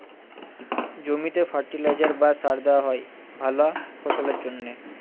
জমিতে ফার্টিলাইজার বা সার দেওয়া হয় ভালা ফসলের জন্যে